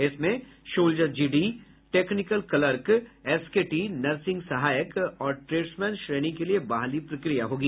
इसमें soldier GD technical clerk SKT nursing सहायक और ट्रेडसमैन श्रेणी के लिए बहाली प्रक्रिया होगी